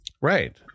Right